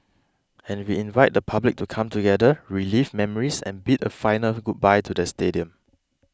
and we invite the public to come together relive memories and bid a final goodbye to the stadium